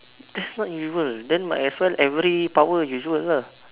that's not usual then might as well every power usual lah